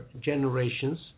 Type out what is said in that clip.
generations